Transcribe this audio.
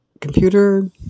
computer